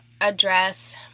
address